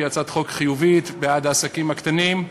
כי היא הצעת חוק חיובית בעד העסקים הקטנים.